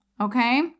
okay